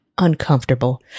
uncomfortable